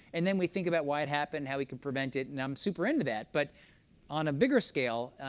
and then we think about why it happened, how we could prevent it, and i'm super into that. but on a bigger scale,